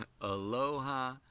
Aloha